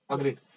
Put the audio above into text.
Agreed